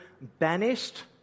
banished